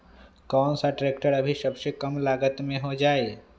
कौन सा ट्रैक्टर अभी सबसे कम लागत में हो जाइ?